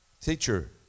Teacher